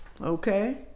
Okay